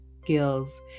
skills